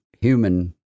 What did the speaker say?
human